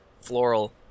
floral